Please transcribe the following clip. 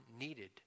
needed